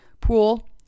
pool